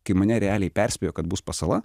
kai mane realiai perspėjo kad bus pasala